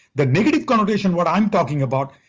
the negative connotation, what i'm talking about,